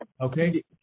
Okay